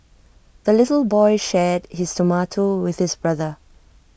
the little boy shared his tomato with his brother